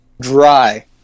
dry